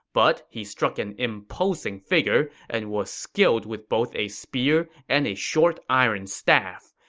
but he struck an imposing figure and was skilled with both a spear and a short iron staff.